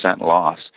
loss